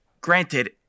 granted